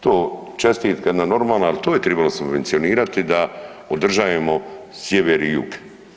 To čestitke na normalno, al to je tribalo subvencionirati da održajemo sjever i jug.